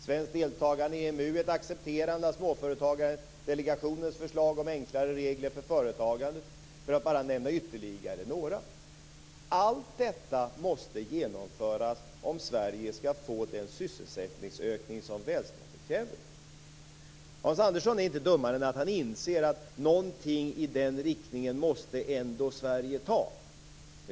Svenskt deltagande i EMU är ett accepterande av Småföretagardelegationens förslag om enklare regler för företagandet, för att bara nämna ytterligare någon åtgärd. Allt detta måste genomföras om Sverige skall få den sysselsättningsökning som välståndet kräver. Hans Andersson är inte dummare än att han inser att något steg i den riktningen måste ändå Sverige ta.